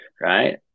right